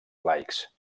laics